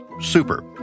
super